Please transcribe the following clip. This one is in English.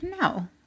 No